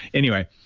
anyway,